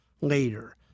later